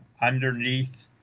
underneath